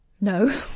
No